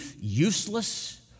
useless